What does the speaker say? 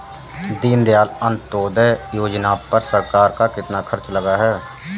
दीनदयाल अंत्योदय योजना पर सरकार का कितना खर्चा लगा है?